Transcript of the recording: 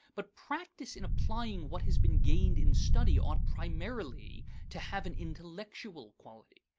but practice in applying what has been gained in study ought primarily to have an intellectual quality.